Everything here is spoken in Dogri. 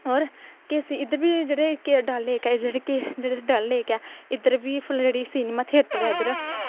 और किश इद्धर बी जेह्ड़े डल लेक ऐ इद्धर बी फिल्म थियेटर ऐ इद्धर